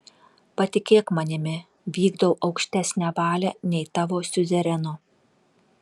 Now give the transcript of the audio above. patikėk manimi vykdau aukštesnę valią nei tavo siuzereno